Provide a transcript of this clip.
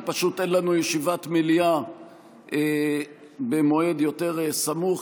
כי אין לנו ישיבת מליאה במועד סמוך יותר.